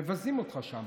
מבזים אותך שם.